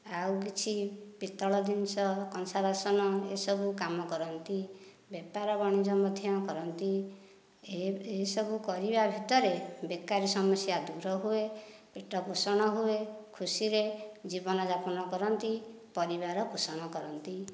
ଆଉ କିଛି ପିତ୍ତଳ ଜିନିଷ କଂସା ବାସନ ଏ ସବୁ କାମ କରନ୍ତି ବେପାର ବଣିଜ୍ୟ ମଧ୍ୟ କରନ୍ତି ଏ ଏ ସବୁ କରିବା ଭିତରେ ବେକାରୀ ସମସ୍ୟା ଦୂର ହୁଏ ପେଟ ପୋଷଣ ହୁଏ ଖୁସିରେ ଜୀବନ ଜାପନ କରନ୍ତି ପରିବାର ପୋଷଣ କରନ୍ତି